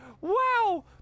Wow